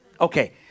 Okay